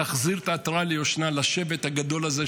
להחזיר העטרה ליושנה לשבט הגדול הזה,